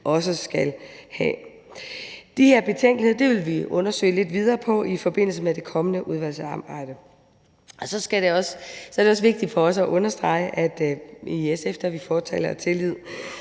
også skal have. De her betænkeligheder vil vi undersøge lidt videre i forbindelse med det kommende udvalgsarbejde. Så er det vigtigt for os at understrege, at vi i SF er fortalere for tillid,